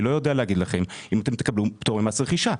אני לא יודע להגיד לכם אם תקבלו פטור ממס רכישה.